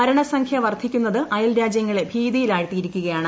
മരണസംഖ്യ വർദ്ധിക്കുന്നത് അയൽരാജ്യങ്ങളെ ഭീതിയിലാഴ്ത്തിയിരിക്കുകയാണ്